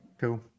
Cool